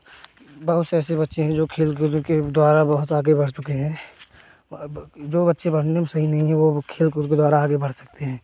बहुत से ऐसे बच्चे हैं जो खेल कूद के द्वारा बहुत आगे बढ़ चुके हैं जो बच्चे पढ़ने में सही नहीं है वह खेल कूद के द्वारा आगे बढ़ सकते हैं